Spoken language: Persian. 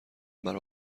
برا